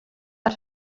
but